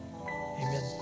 Amen